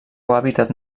hàbitat